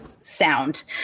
sound